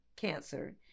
cancer